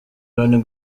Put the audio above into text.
loni